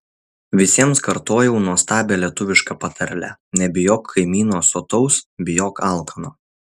visiems kartojau nuostabią lietuvišką patarlę nebijok kaimyno sotaus bijok alkano